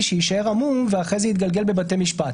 יישאר עמום ואחרי כן יתגלגל בבתי משפט.